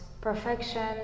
perfection